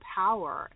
power